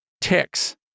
ticks